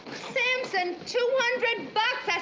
samson, two hundred bucks!